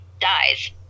dies